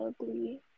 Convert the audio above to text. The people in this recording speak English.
ugly